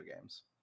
games